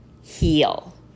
heal